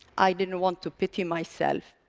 i didn't want to pity myself,